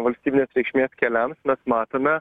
valstybinės reikšmės keliams mes matome